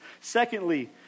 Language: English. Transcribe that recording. Secondly